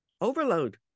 Overload